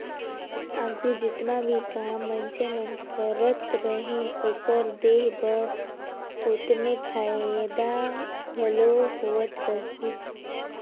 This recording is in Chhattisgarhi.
आघु जेतना भी काम मइनसे मन करत रहिन, ओकर देह बर ओतने फएदा घलो होत रहिस